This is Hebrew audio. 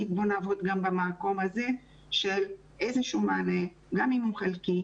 בואו נעבוד גם במקום הזה של איזשהו מענה גם אם הוא חלקי,